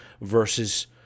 versus